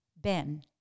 Ben